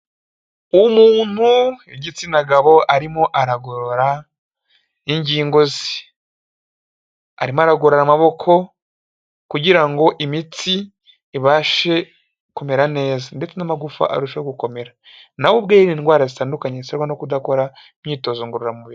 Umuntu w'igitsina gabo arimo aragorora ingingo ze, arimo aragorora amaboko, kugirango imitsi ibashe kumera neza, ndetse na amagufa arushaho gukomera, nawe ubwe yirinda indwara zitandukanye, ziterwa no kudakora imyitozo ngororamubiri.